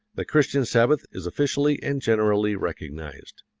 the christian sabbath is officially and generally recognized.